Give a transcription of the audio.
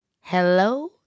Hello